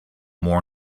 more